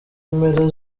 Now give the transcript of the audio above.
mpera